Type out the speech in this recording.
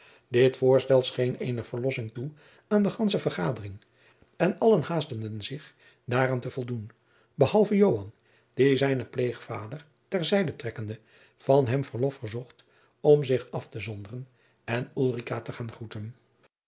dit voorstel scheen eene verlossing toe aan de gandsche vergadering en allen haasteden zich daaraan te voldoen behalve joan die zijnen pleegvader ter zijde trekkende van hem verlof verzocht om zich af te zonderen en ulrica te gaan groeten